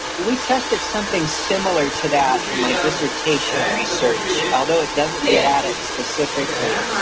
we tested something similar to that in my dissertation research, although it doesn't get at it specifically.